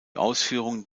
ausführung